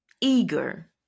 eager